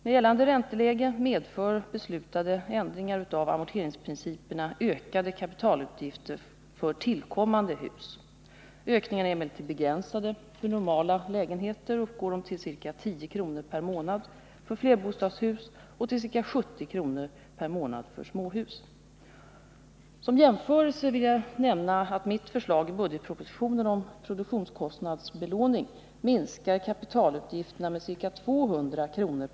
Med gällande ränteläge medför beslutade ändringar av amorteringsprinciperna ökade kapitalutgifter för tillkommande hus. Ökningarna är emellertid begränsade. För normala lägenheter uppgår de till ca 10 kr. per månad för flerbostadshus och till ca 70 kr. per månad för småhus. Som jämförelse vill jag nämna att mitt förslag i budgetpropositionen om produktionskostnadsbelåning minskar kapitalutgifterna med ca 200 kr.